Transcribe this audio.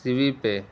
سی V پہ